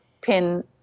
pin